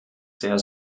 sehr